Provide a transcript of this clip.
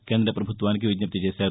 కేంద పభుత్వానికి విజ్ఞప్తి చేశారు